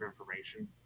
information